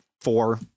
four